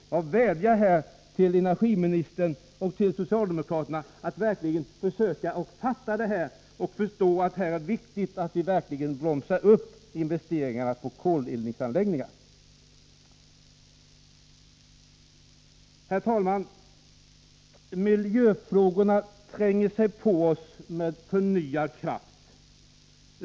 Jag vädjar till energiministern och socialdemokraterna att försöka att fatta detta. Det är viktigt att vi bromsar investeringarna i koleldningsanläggningar. Herr talman! Miljöfrågorna tränger sig på oss med förnyad kraft.